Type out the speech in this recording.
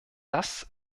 dass